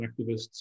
activists